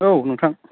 औ नोंथां